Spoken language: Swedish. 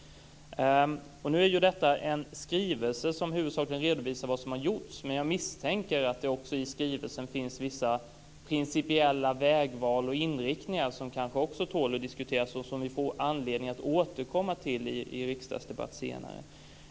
Nu är ju detta en skrivelse som huvudsakligen redovisar vad som har gjorts, men jag misstänker att det också i skrivelsen finns vissa principiella vägval och inriktningar som kanske tål att diskuteras och som vi får anledning att återkomma till i en riksdagsdebatt senare.